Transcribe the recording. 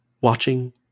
watching